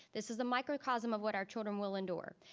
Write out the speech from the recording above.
this is a microcosm of what our children will endure.